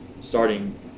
starting